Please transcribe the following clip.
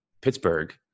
Pittsburgh